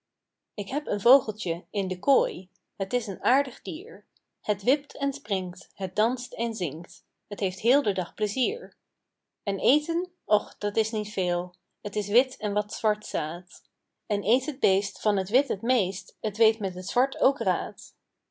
ik heb een vogeltje in de kooi het is een aardig dier het wipt en springt het danst en zingt t heeft heel den dag pleizier pieter louwerse alles zingt en eten och dat is niet veel t is wit en wat zwart zaad en eet het beest van t wit het meest t weet met het zwart ook raad